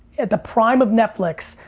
at the prime of netflix,